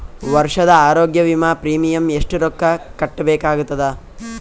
ವರ್ಷದ ಆರೋಗ್ಯ ವಿಮಾ ಪ್ರೀಮಿಯಂ ಎಷ್ಟ ರೊಕ್ಕ ಕಟ್ಟಬೇಕಾಗತದ?